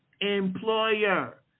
employer